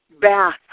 bath